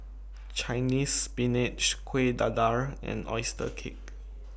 Chinese Spinach Kueh Dadar and Oyster Cake